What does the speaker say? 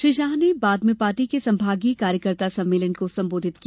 श्री शाह ने बाद में पार्टी के संभागीय कार्यकर्ता सम्मेलन को संबोधित किया